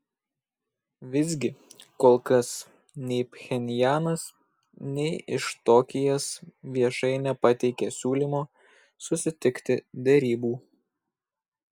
visgi kol kas nei pchenjanas nei iš tokijas viešai nepateikė siūlymo susitikti derybų